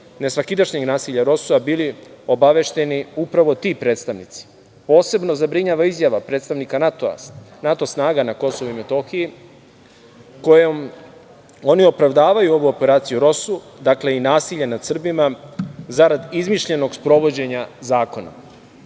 nesvakidašnjeg nasilja ROSU-a, bili obavešteni upravo ti predstavnici. Posebno zabrinjava izjava predstavnika NATO snaga na KiM kojom oni opravdavaju ovu operaciju ROSU, dakle i nasilje nad Srbima, zarad izmišljenog sprovođenja zakona.